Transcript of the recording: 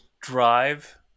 drive